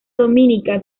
dominica